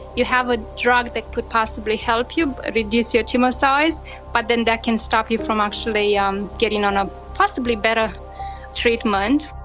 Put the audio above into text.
you have a drug that could possibly help you reduce your tumour size but then that can stop you from actually um getting on a possibly better treatment.